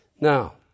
Now